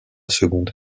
seconde